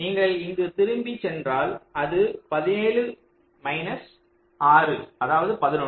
நீங்கள் இங்கு திரும்பிச் சென்றால் அது 17 மைனஸ் 6 அதாவது 11